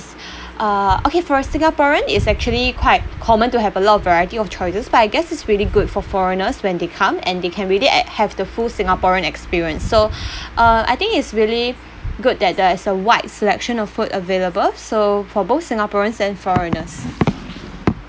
uh okay for a singaporean it's actually quite common to have a lot of variety of choices but I guess it's really good for foreigners when they come and they can really e~ have the full singaporean experience so uh I think it's really good that there is a wide selection of food available so for both singaporeans and foreigners